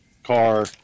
car